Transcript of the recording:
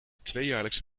tweejaarlijkse